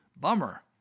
Bummer